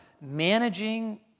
managing